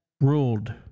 ruled